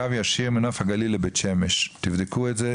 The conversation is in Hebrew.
קו ישיר מנוף הגליל לבית שמש: תבדקו את זה,